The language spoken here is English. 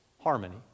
harmony